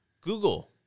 Google